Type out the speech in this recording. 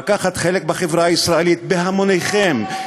לקחת חלק בחברה הערבית" בהמוניכם,